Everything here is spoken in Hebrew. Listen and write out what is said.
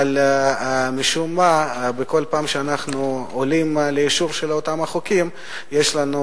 אבל משום מה כל פעם שאנחנו עולים לאישור של אותם חוקים יש לנו